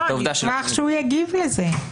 אני אשמח שהוא יגיב לזה.